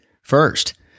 first